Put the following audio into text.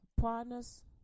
partners